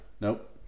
nope